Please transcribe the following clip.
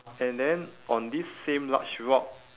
and then on this same large rock